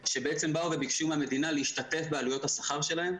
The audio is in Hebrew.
ביקשו להשתתף בעלויות השכר שלהם.